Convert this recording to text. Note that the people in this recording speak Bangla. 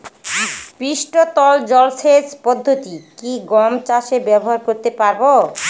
পৃষ্ঠতল জলসেচ পদ্ধতি কি গম চাষে ব্যবহার করতে পারব?